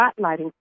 spotlighting